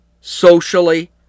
socially